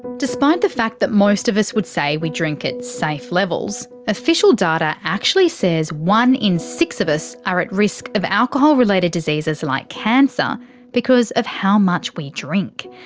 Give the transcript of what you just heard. despite the fact that most of us would say we drink at safe levels, official data actually says one in six of us are at risk of alcohol related diseases like cancer because of how much we drink.